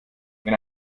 wenn